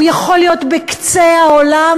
הוא יכול להיות בקצה העולם,